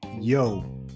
yo